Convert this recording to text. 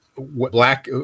Black